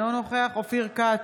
אינו נוכח אופיר כץ,